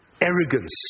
Arrogance